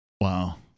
Wow